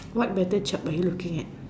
what better chart are you looking at